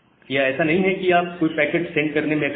यह ऐसा नहीं है कि आप कोई पैकेट सेंड करने में अक्षम है